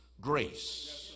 grace